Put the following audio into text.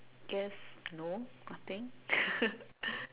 I guess no nothing